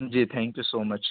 G thank you so much